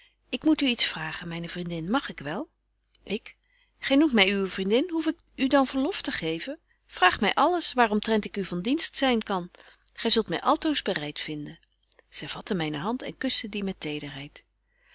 ik moet u iets vragen myne vriendin mag ik wel ik gy noemt my uwe vriendin hoef ik u dan verlof te geven vraag my alles waar omtrent ik u van dienst kan zyn gy zult my altoos bereit vinden zy vatte myne hand en kuschte die met